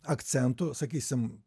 akcentų sakysim